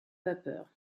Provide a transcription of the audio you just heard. vapeur